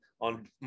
on